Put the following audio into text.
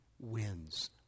wins